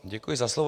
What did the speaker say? Děkuji za slovo.